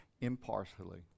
impartially